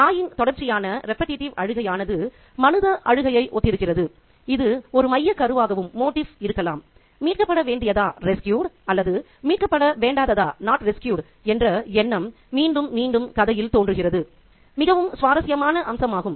நாயின் தொடர்ச்சியான அழுகையானது மனித அழுகையை ஒத்திருக்கிறது இது ஒரு மையக்கருவாகவும் இருக்கலாம் மீட்கப்பட வேண்டியதா அல்லது மீட்கப்பட வேண்டாததா என்ற எண்ணம் மீண்டும் மீண்டும் கதையில் தோன்றுவது மிகவும் சுவாரஸ்யமான அம்சமாகும்